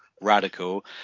radical